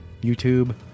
YouTube